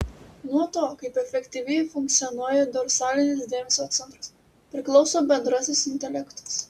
nuo to kaip efektyviai funkcionuoja dorsalinis dėmesio centras priklauso bendrasis intelektas